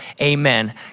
Amen